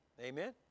Amen